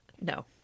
No